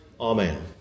Amen